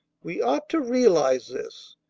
we ought to realize this.